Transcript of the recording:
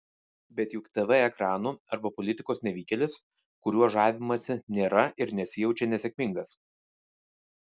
bet juk tv ekranų arba politikos nevykėlis kuriuo žavimasi nėra ir nesijaučia nesėkmingas